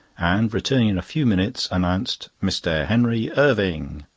and returning in a few minutes, announced mr. henry irving.